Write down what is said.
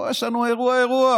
פה יש לנו אירוע אירוע.